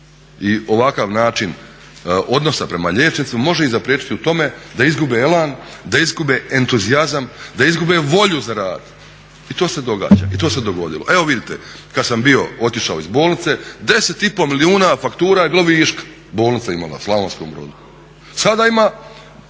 i ovakav način odnosa prema liječnicima može ih zapriječiti u tome da izgube elan, da izgube entuzijazam, da izgube volju za rad. I to se događa i to se dogodilo. Evo vidite kada sam otišao iz bolnice, 10,5 milijuna faktura je bilo viška, bolnica imala u Slavonskom Brodu. Sada ima